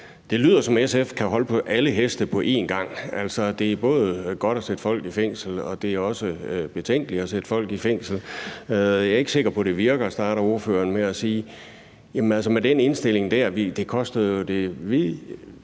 det lyder, som om SF kan holde på alle heste på en gang, altså både at det er godt at sætte folk i fængsel, og at det også er betænkeligt at sætte folk i fængsel. »Jeg ved ikke, om man kan sige, at det virker«, starter ordføreren med at sige, og jamen altså, med den indstilling – det koster os